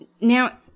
Now